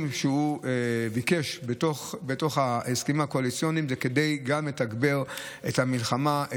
שהוא ביקש בתוך ההסכמים הקואליציוניים זה גם כדי לתגבר את המלחמה,